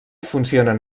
funcionen